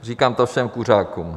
Říkám to všem kuřákům.